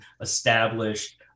established